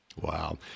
Wow